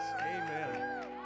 Amen